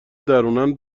درونن